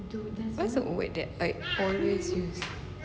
what's a word like you always use